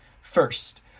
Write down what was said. First